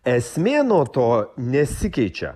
esmė nuo to nesikeičia